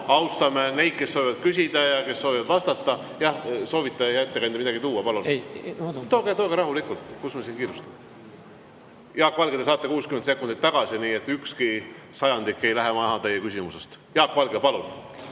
austame neid, kes soovivad küsida ja kes soovivad vastata. Jah, soovite, hea ettekandja, midagi tuua? Tooge, tooge rahulikult. Kus me siin kiirustame? Jaak Valge, te saate 60 sekundit tagasi, nii et ükski sajandik ei lähe maha teie küsimusest. Jaak Valge, palun!